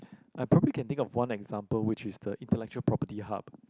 I probably can think of one example which is the intellectual property hub